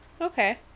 Okay